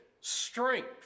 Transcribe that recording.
strength